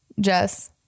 Jess